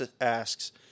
asks